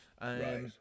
Right